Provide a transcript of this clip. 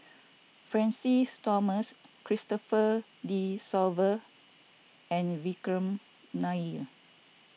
Francis Thomas Christopher De Souza and Vikram Nair